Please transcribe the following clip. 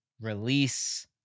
release